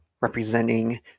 representing